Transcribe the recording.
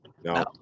No